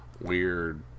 weird